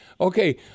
Okay